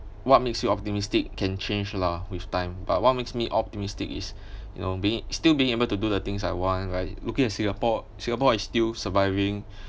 what makes you optimistic can change lah with time but what makes me optimistic is you know being still being able to do the things I want right looking at singapore singapore is still surviving